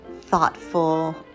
thoughtful